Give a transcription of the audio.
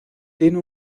tiene